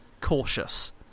cautious